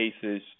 cases